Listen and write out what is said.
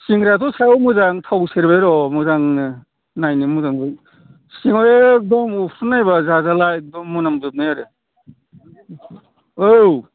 सिंग्रायाथ' सायाव मोजां थाव सेरेबाय र' मोजांनो नायनो मोजाङै सिंआव अफ्रुनायबा जाजाला एकदम मोनामजोबनाय आरो औ